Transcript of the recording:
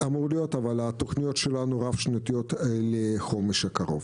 אבל התוכניות שלנו רב-שנתיות לחומש הקרוב.